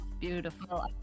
Beautiful